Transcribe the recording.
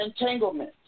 entanglement